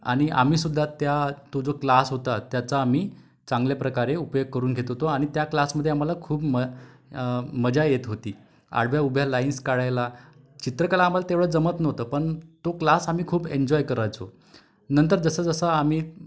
आम्हीसुद्धा त्या तो जो क्लास होता त्याचा आम्ही चांगल्याप्रकारे उपयोग करून घेत होतो आणि त्या क्लासमध्ये आम्हाला खूप म मजा येत होती आडव्या उभ्या लाईन्स काढायला चित्रकला आम्हाला तेव्हढं जमत नव्हतं पण तो क्लास आम्ही खूप एन्जॉय करायचो नंतर जसजसं आम्ही